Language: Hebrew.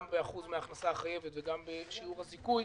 גם באחוז מן ההכנסה החייבת וגם בשיעור הזיכוי,